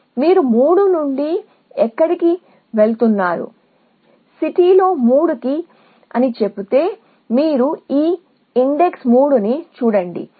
కాబట్టి మీరు 3 నుండి ఎక్కడికి వెళుతున్నారో సిటీ 3 కి చెబితే మీరు చెప్పే ఈ ఇన్ డెక్స్ 3 ని చూడండి